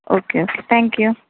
okay okay thank you